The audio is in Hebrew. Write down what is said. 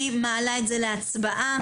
אני מעלה זאת להצבעה.